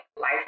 life